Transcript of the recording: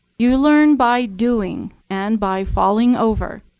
you learn by doing and by falling over.